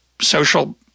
social